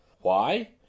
Why